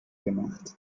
gemacht